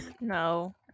No